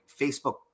Facebook